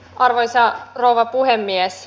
arvoisa rouva puhemies